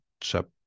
chapter